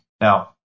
Now